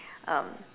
um